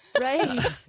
Right